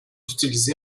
utilisée